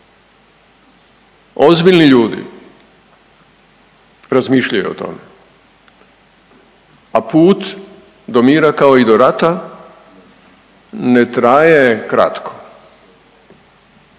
Ozbiljni ljudi razmišljaju o tome, a put do mira kao i do rata ne traje kratko